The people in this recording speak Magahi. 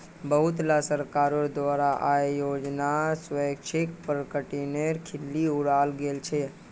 बहुतला सरकारोंर द्वारा आय योजनार स्वैच्छिक प्रकटीकरनेर खिल्ली उडाल गेल छे